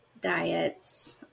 diets